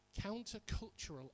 Countercultural